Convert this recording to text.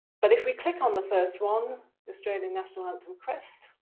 but if we click on the first one, australian national anthem quest